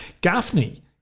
Gaffney